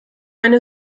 eine